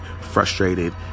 frustrated